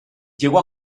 llegó